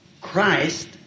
Christ